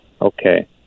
Okay